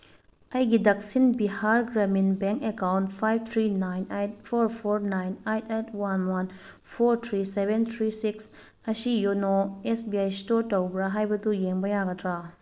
ꯑꯩꯒꯤ Dakshin Bihar Gramin bank account five three nine eight four four nine eight eight one one four three seven three six ꯑꯁꯤ YONO S B I store ꯇꯧꯕ꯭ꯔꯥ ꯍꯥꯏꯕꯗꯨ ꯌꯦꯡꯕ ꯌꯥꯒꯗ꯭ꯔꯥ